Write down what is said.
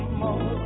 more